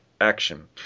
action